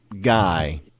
guy